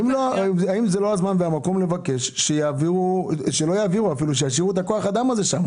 שזה בעיקר לרשויות מקומיות בעוטף עזה.